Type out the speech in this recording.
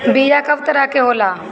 बीया कव तरह क होला?